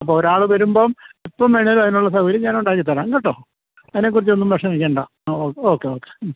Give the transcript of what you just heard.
അപ്പോൾ ഒരാൾ വരുമ്പം എപ്പം വേണമെങ്കിലും അതിനുള്ള സൗകര്യം ഞാനുണ്ടാക്കി തരാം കേട്ടോ അതിനെക്കുറിച്ചൊന്നും വിഷമിക്കേണ്ട ഓക്കെ ഓക്കെ മ്മ്